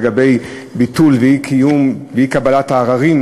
של ביטול ואי-קבלת העררים